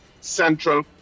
central